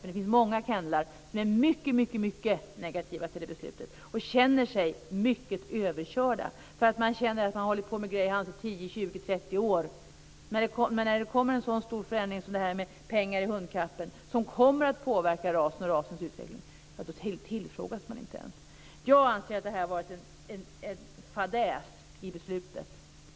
Och det finns många kennlar som är mycket negativa till det beslutet och känner sig mycket överkörda. De känner att de har hållit på med greyhound under 10, 20 eller 30 år. Men när det kommer en så stor förändring som denna med pengar i hundkapplöpningen som kommer att påverka rasen och rasens utveckling, då tillfrågas de inte ens. Jag anser att det här har varit en fadäs i beslutet.